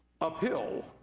uphill